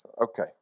Okay